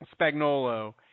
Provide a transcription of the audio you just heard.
Spagnolo